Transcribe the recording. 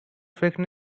فکر